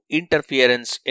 interference